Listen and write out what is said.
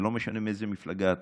ולא משנה מאיזו מפלגה אתם,